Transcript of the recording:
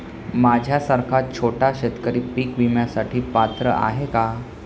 माझ्यासारखा छोटा शेतकरी पीक विम्यासाठी पात्र आहे का?